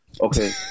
Okay